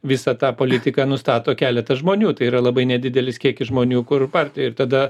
visą tą politiką nustato keletas žmonių tai yra labai nedidelis kiekis žmonių kur partijoj ir tada